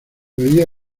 veía